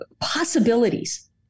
possibilities